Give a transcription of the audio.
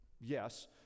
yes